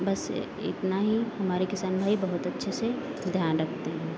बस इतना ही हमारे किसान भाई बहुत अच्छे से ध्यान रखते हैं